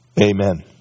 Amen